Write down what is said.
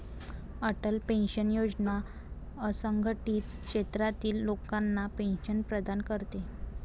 Atal pension योजना असंघटित क्षेत्रातील लोकांना पेन्शन प्रदान करते